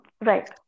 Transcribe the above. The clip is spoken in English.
Right